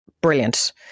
brilliant